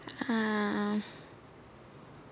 err